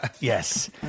Yes